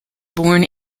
born